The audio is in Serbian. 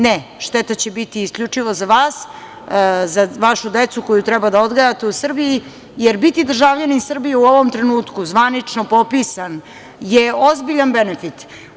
Ne. šteta će biti isključivo za vas, za vašu decu koju treba da odgajate u Srbiji, jer biti državljanin Srbiji u ovom trenutku zvanično popisan je ozbiljan benefit.